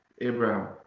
Abraham